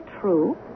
true